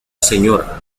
sra